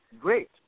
great